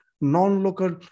non-local